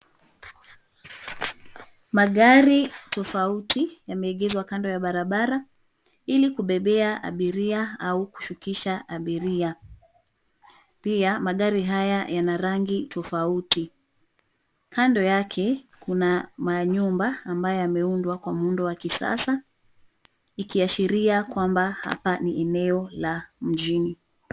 Magari tofauti yameegezwa kando ya barabara ili kubebea abiria au kushukisha abiria, pia magari haya yana rangi tofauti. Kando yake kuna manyumba ambayo yameundwa kwa muundo wa kisasa, ikiashiria kwamba hapa ni eneo la mjini.